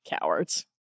Cowards